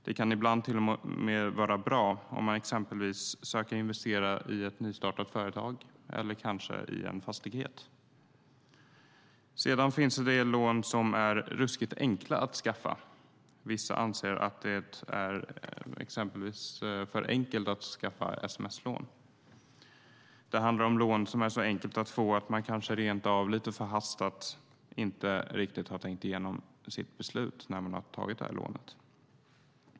De kan ibland till och med vara bra, om man exempelvis söker investera i ett nystartat företag eller kanske i en fastighet. Sedan finns det de lån som är ruskigt enkla att skaffa. Vissa anser att det exempelvis är för enkelt att skaffa sms-lån. Det handlar om lån som är så enkla att få att man kanske rent av lite förhastat inte riktigt har tänkt igenom sitt beslut, när man har tagit lånet.